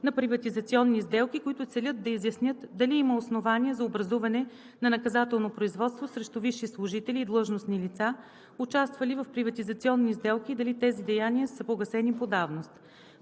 на приватизационни сделки, които целят да изяснят дали има основания за образуване на наказателно производство срещу висши служители и длъжностни лица, участвали в приватизационни сделки, и дали тези деяния са погасени по давност.